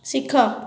ଶିଖ